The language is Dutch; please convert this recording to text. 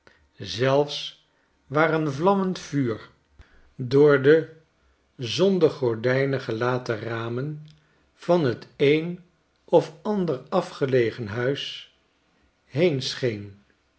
zelfs waar een vlammend vuur door de zonder gordijnen gelaten ramen van t een of ander afgelegen huis